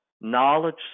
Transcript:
knowledge